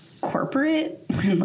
corporate